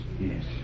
Yes